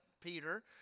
Peter